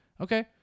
okay